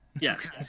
Yes